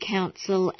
Council